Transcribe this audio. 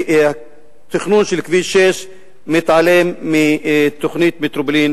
והתכנון של כביש 6 מתעלם מתוכנית מטרופולין